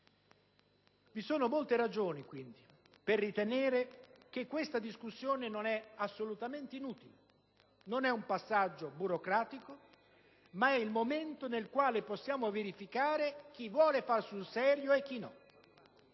Vi sono quindi molte ragioni per ritenere che questa discussione non è assolutamente inutile. Non è un passaggio burocratico, ma è il momento nel quale possiamo verificare chi vuole far sul serio e chi no.